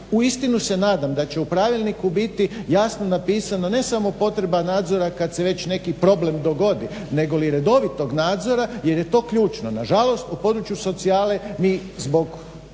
uistinu se nadam da će u pravilniku biti jasno napisano ne samo potreba nadzora kad se već neki problem dogodi negoli redovitog nazdora jer je to ključno. Nažalost u području socijale ni zbog